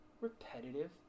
repetitive